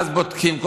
ואז בודקים,